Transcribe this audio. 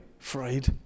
afraid